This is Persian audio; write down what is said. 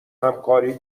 همکاری